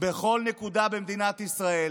בכל נקודה במדינת ישראל